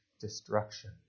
destruction